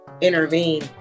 intervene